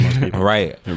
right